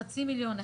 חצי מיליון,